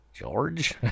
George